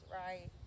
right